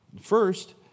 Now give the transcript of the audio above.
First